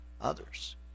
others